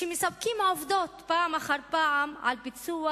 שמספקים פעם אחר פעם את העובדות על ביצוע